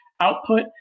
output